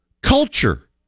culture